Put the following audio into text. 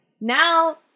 Now